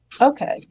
Okay